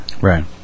Right